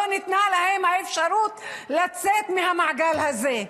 לא ניתנה להם האפשרות לצאת מהמעגל הזה,